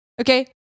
Okay